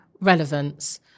relevance